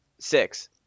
six